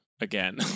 Again